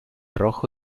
rojo